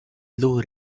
lou